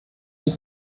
die